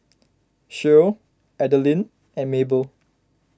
Shirl Adalynn and Maybelle